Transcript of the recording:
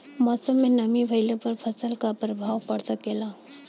मौसम में नमी भइला पर फसल पर प्रभाव पड़ सकेला का?